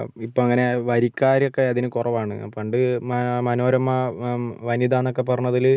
ഇപ്പോൾ അങ്ങനെ വരിക്കാരൊക്കെ അതിന് കുറവാണ് പണ്ട് മ മനോരമ വനിതാന്നൊക്കെ പറഞ്ഞതിൽ